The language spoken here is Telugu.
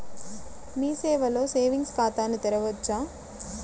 మీ సేవలో సేవింగ్స్ ఖాతాను తెరవవచ్చా?